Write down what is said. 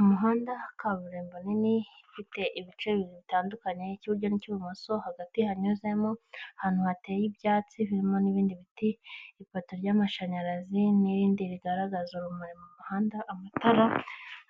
Umuhanda kaburimbo nini ifite ibice bibiri bitandukanye ikiburyo ni k'ibumoso, hagati hanyuzemo ahantu hateye ibyatsi birimo n'ibindi biti, ipato ry'amashanyarazi n'ibndi bigaragaza urumuri mu muhanda, amatara,